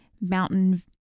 mountain